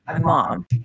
mom